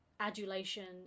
Adulation